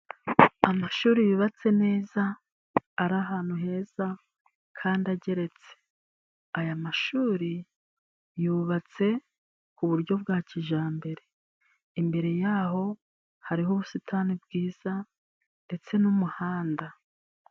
Amashuri yubatse neza, ari ahantu heza kandi ageretse. Aya mashuri yubatse ku buryo bwa kijambere. Imbere yaho hariho ubusitani bwiza ndetse n'umuhanda.